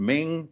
Ming